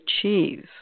achieve